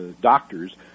doctors